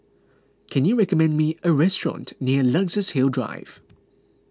can you recommend me a restaurant near Luxus Hill Drive